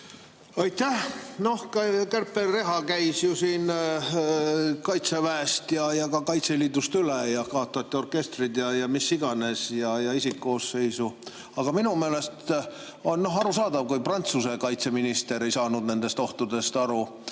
Aitäh! No kärpereha käis siin Kaitseväest ja Kaitseliidust üle, kaotati orkestrid ja mis iganes, [vähendati] isikkoosseisu. Minu meelest on arusaadav, kui Prantsuse kaitseminister ei saanud nendest ohtudest aru.